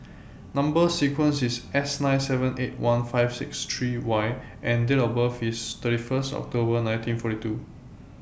Number sequence IS S nine seven eight one five six three Y and Date of birth IS thirty First October nineteen forty two